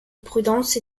prudence